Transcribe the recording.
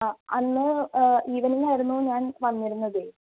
അ അന്ന് ഈവെനിംങ് ആയിരുന്നു ഞാൻ വന്നിരുന്നതേ